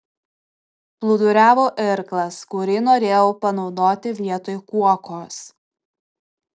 plūduriavo irklas kurį norėjau panaudoti vietoj kuokos